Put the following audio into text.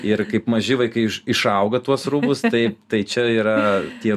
ir kaip maži vaikai iš išauga tuos rūbus taip tai čia yra tie